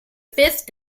fifth